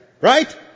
Right